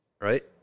right